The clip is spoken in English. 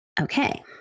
Okay